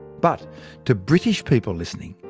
but to british people listening,